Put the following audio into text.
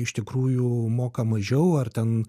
iš tikrųjų moka mažiau ar ten